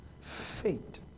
fate